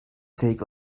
take